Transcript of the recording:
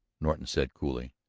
norton said coolly.